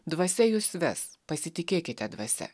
dvasia jus ves pasitikėkite dvasia